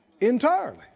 entirely